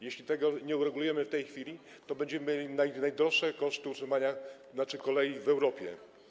Jeśli tego nie uregulujemy w tej chwili, to będziemy mieli najdroższe koszty utrzymania kolei w Europie.